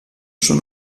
schon